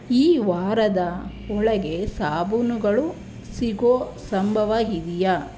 ಈ ವಾರದ ಒಳಗೆ ಸಾಬೂನುಗಳು ಸಿಗೋ ಸಂಭವ ಇದೆಯಾ